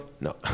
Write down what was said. No